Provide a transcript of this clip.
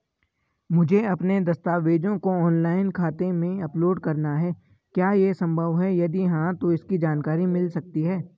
मुझे अपने दस्तावेज़ों को ऑनलाइन खाते में अपलोड करना है क्या ये संभव है यदि हाँ तो इसकी जानकारी मिल सकती है?